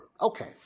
Okay